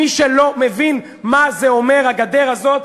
מי שלא מבין מה זה אומר, הגדר הזאת,